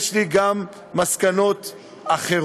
יש לי גם מסקנות אחרות.